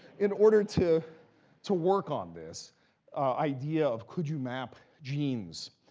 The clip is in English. in order to to work on this idea of, could you map genes